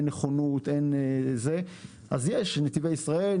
שאין נכונות - אז יש שחקני תשתית אחרים: נתיבי ישראל,